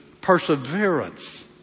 perseverance